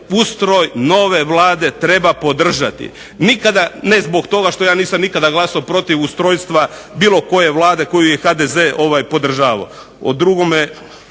ustroj nove Vlade treba podržati. Nikada ne zbog toga što ja nisam nikada glasovao protiv ustrojstva bilo koje Vlade koju je HDZ podržavao.